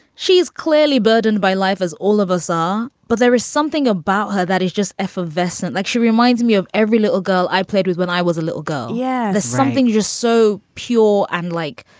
she is clearly burdened by life, as all of us are. but there is something about her that is just effervescent, like she reminds me of every little girl i played with when i was a little girl. yeah. something just so pure. i'm and like,